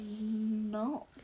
No